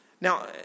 Now